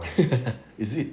is it